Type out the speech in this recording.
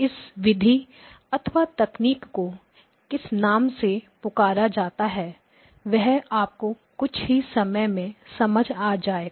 इस विधि अथवा तकनीक को किस नाम से पुकारा जाता है वह आपको कुछ ही समय में समझ में आ जाएगा